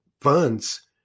funds